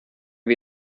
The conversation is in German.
wie